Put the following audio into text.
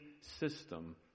system